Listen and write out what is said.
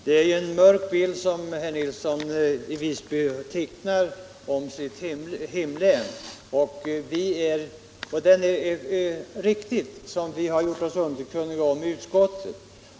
Herr talman! Det är en mörk bild som herr Nilsson i Visby tecknar av sitt hemlän. Och den är riktig, som vi gjort oss underkunniga om i utskottet.